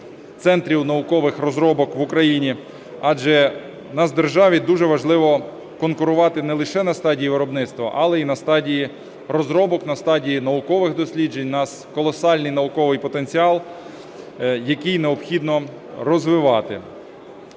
центрів наукових розробок в Україні, адже у нас в державі дуже важливо конкурувати не лише на стадії виробництва, але й на стадії розробок, на стадії наукових досліджень. У нас колосальний науковий потенціал, який необхідно розвивати.